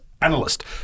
Analyst